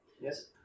Yes